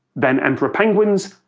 then emperor penguins,